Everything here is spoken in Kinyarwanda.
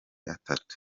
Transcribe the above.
atatu